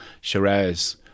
Shiraz